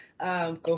Go